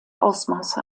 ausmaße